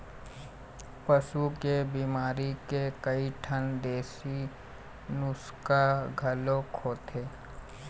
पशु के बिमारी के कइठन देशी नुक्सा घलोक होथे